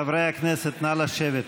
חברי הכנסת, נא לשבת.